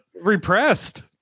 repressed